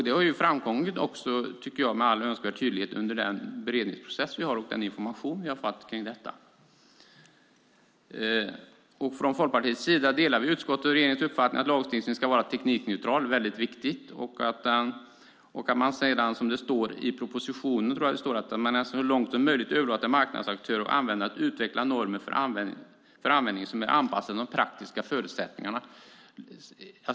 Det här tycker jag också har framkommit med all önskvärd tydlighet under den beredningsprocess vi har haft och i den information vi har fått kring detta. Från Folkpartiets sida delar vi utskottets och regeringens uppfattning att lagstiftningen ska vara teknikneutral - det är väldigt viktigt. Sedan ska man - jag tror att det står i propositionen - så långt som möjligt överlåta till marknadsaktörer och användare att utveckla normer för användning som är anpassade till de praktiska förutsättningarna.